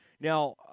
Now